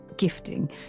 gifting